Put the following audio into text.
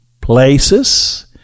places